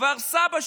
כפר סבא,